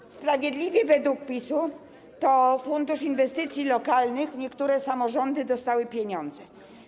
Nikt. ...sprawiedliwie według PiS to fundusz inwestycji lokalnych - niektóre samorządy dostały pieniądze.